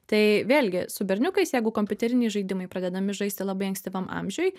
tai vėlgi su berniukais jeigu kompiuteriniai žaidimai pradedami žaisti labai ankstyvam amžiuj